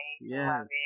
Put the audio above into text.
yes